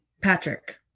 Patrick